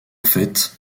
fait